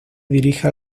dirige